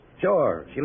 Sure